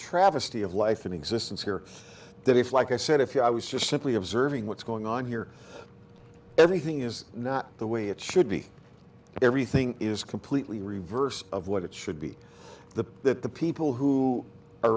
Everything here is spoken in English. travesty of life in existence here that it's like i said if i was just simply observing what's going on here everything is not the way it should be everything is completely reverse of what it should be the that the people who are